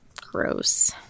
gross